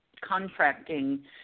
contracting